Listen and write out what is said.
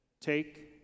Take